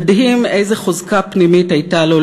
מדהים איזה חוזקה פנימית הייתה לו,